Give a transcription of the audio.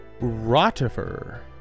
rotifer